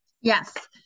Yes